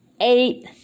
eight